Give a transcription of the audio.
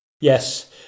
Yes